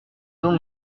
dont